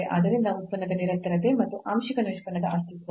ಆದ್ದರಿಂದ ಉತ್ಪನ್ನದ ನಿರಂತರತೆ ಮತ್ತು ಆಂಶಿಕ ನಿಷ್ಪನ್ನದ ಅಸ್ತಿತ್ವ